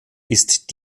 ist